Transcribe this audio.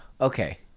Okay